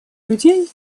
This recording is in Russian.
людей